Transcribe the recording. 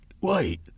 wait